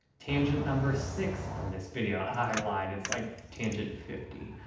tangent number six on this video. i lied, it's like tangent fifty.